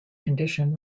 condition